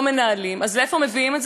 למקום הזה, למקום הפרטי.